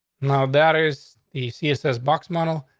now that is the css box model.